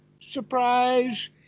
Surprise